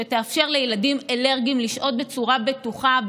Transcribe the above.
שתאפשר לילדים אלרגיים לשהות בצורה בטוחה,